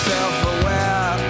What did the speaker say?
Self-aware